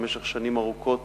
כשבמשך שנים ארוכות